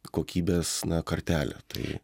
kokybės na kartelė tai